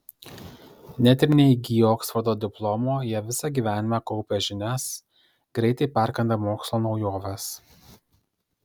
net ir neįgiję oksfordo diplomo jie visą gyvenimą kaupia žinias greitai perkanda mokslo naujoves